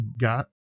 got